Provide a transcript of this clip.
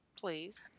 Please